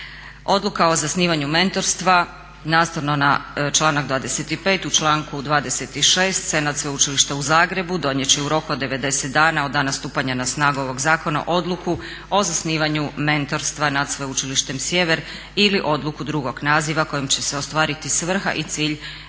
Odluka o zasnivanju mentorstva nastavno na članak 25. U članku 26. Senat Sveučilišta u Zagrebu donijet će u roku od 90 dana od dana stupanja na snagu ovog zakona odluku o zasnivanju mentorstva nad Sveučilištem Sjever ili odluku drugog naziva kojom će se ostvariti svrha i cilj